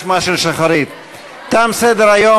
נגד, מתנגד לה.